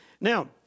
Now